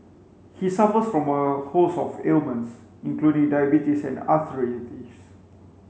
he suffers from a host of ailments including diabetes and arthritis